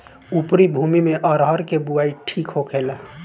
उपरी भूमी में अरहर के बुआई ठीक होखेला?